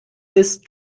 ist